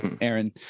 Aaron